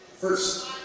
First